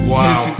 Wow